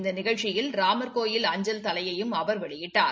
இந்த நிகழ்ச்சியில் ராமர்கோவில் அஞ்சல் தலையையும் அவர் வெளியிட்டார்